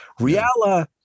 Riala